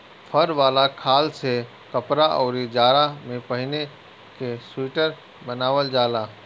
फर वाला खाल से कपड़ा, अउरी जाड़ा में पहिने के सुईटर बनावल जाला